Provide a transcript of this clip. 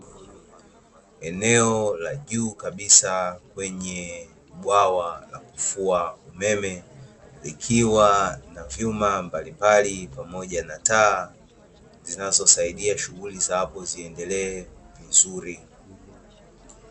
Eneo la juu kabisa kwenye bwawa la kufua umeme likiwa na vyuma mbalimbali pamoja na taa zinazosaidia shughuli za hapo ziendelee vizuri.